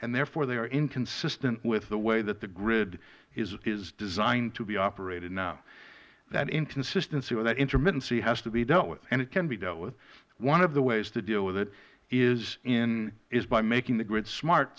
and therefore they are inconsistent with the way that the grid is designed to be operated now that inconsistency or that intermittency has to be dealt with and it can be dealt with one of the ways to deal with it is by making the grid smart